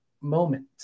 moment